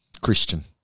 Christian